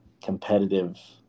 competitive –